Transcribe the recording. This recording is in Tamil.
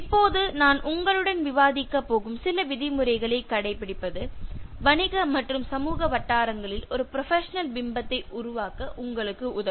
இப்போது நான் உங்களுடன் விவாதிக்கப் போகும் சில விதிமுறைகளை கடைப்பிடிப்பது வணிக மற்றும் சமூக வட்டாரங்களில் ஒரு ப்ரொபஷனல் பிம்பத்தை உருவாக்க உங்களுக்கு உதவும்